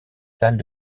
salles